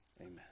Amen